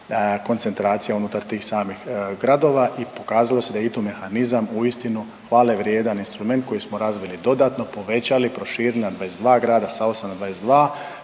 koncentracija unutar tih samih gradova. I pokazalo se da je ITU mehanizam uistinu hvale vrijedan instrument koji smo razvili dodatno, povećali, proširili na 22 grada, sa 8 na 22.